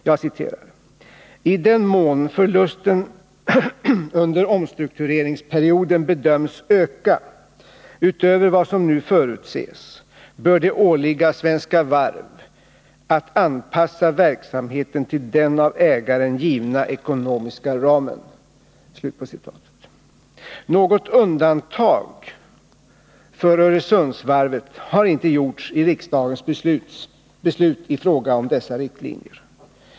Jag citerar: ”I den mån förlusterna under omstruktureringsperioden bedöms öka utöver vad som nu förutses bör det åligga Svenska Varv att anpassa verksamheten till den av ägaren givna ekonomiska ramen.” Något undantag för Öresundsvarvet har inte gjorts i riksdagens beslut i fråga om dessa riktlinjer.